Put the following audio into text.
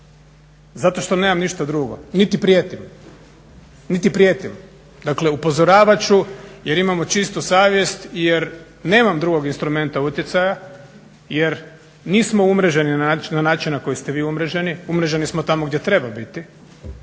zato što nemam ništa drugo niti prijetim. Dakle upozoravat ću jer imamo čistu savjest, jer nemam drugog instrumenta utjecaja jer nismo umreženi na način na koji ste vi umreženi, umreženi smo tamo gdje treba biti,